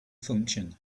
function